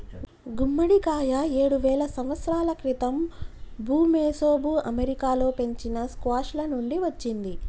గుమ్మడికాయ ఏడువేల సంవత్సరాల క్రితం ఋమెసోఋ అమెరికాలో పెంచిన స్క్వాష్ల నుండి వచ్చింది